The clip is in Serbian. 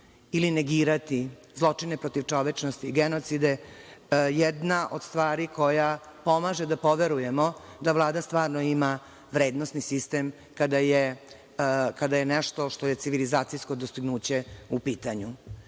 ili negirati zločine protiv čovečnosti i genocide jedna od stvari koja pomaže da poverujemo da Vlada stvarno ima vrednosni sistem kada je nešto što je civilizacijsko dostignuće u pitanju. Nadam